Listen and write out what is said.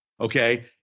Okay